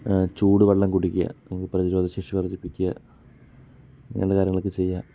ചൂടുവെള്ളം കുടിക്കുക നമുക്ക് പ്രതിരോധശേഷി വർദ്ധിപ്പിക്കുക ഇങ്ങനെയുള്ള കാര്യങ്ങളൊക്കെ ചെയ്യുക